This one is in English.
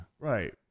Right